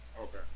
Okay